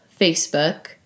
Facebook